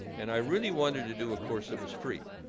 and i really wanted to do a course that was free.